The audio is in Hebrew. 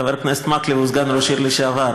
חבר הכנסת מקלב הוא סגן ראש עיר לשעבר,